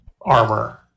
armor